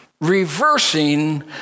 Reversing